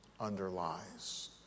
underlies